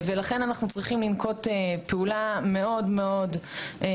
ולכן אנחנו צריכים לנקוט פעולה מאוד נחושה,